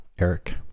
eric